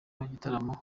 n’igitaramo